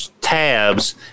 tabs